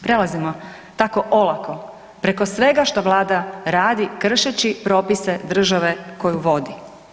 Prelazimo tako olako preko svega što vlada radi kršeći propise države koju vodi.